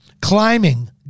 Climbing